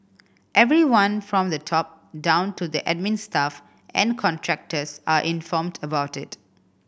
everyone from the top down to the admin staff and contractors are informed about it